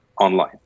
online